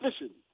listen